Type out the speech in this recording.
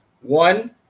One